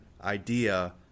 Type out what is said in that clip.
idea